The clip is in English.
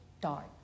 dark